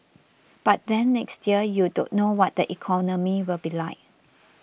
but then next year you don't know what the economy will be like